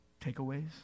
takeaways